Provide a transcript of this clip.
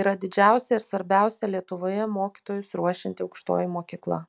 yra didžiausia ir svarbiausia lietuvoje mokytojus ruošianti aukštoji mokykla